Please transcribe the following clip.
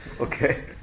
okay